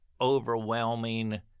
overwhelming